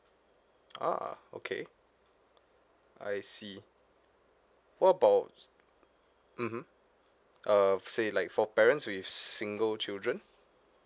ah okay I see what about mmhmm uh say like for parents with single children